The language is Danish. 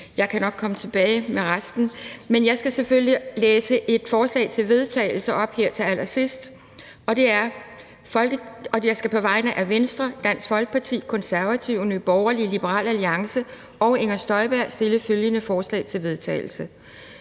Jeg kan nok komme tilbage med resten, men jeg skal selvfølgelig læse et forslag til vedtagelse op her til allersidst, og det er på vegne af Venstre, Dansk Folkeparti, Konservative, Nye Borgerlige, Liberal Alliance og Inger Støjberg (UFG): Forslag til vedtagelse